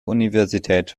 universität